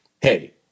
hey